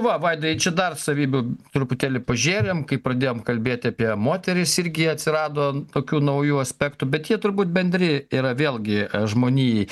va vaidai čia dar savybių truputėlį pažėrėm kai pradėjom kalbėt apie moteris irgi atsirado tokių naujų aspektų bet jie turbūt bendri yra vėlgi žmonijai